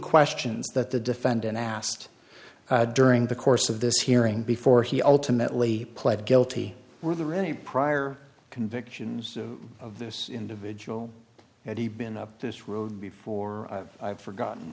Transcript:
questions that the defendant asked during the course of this hearing before he ultimately pled guilty were there any prior convictions of this individual had he been up this road before i've forgotten